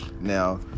Now